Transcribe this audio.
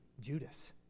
Judas